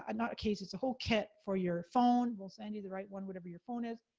and not a case, it's a whole kit for your phone, we'll send you the right one, whatever your phone is.